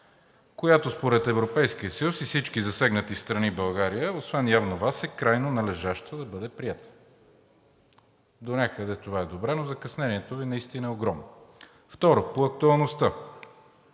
която според Европейския съюз и всички засегнати страни в България, освен явно Вас, е крайно належащо да бъде приета. Донякъде това е добре, но закъснението Ви наистина е огромно. Второ, по актуалността.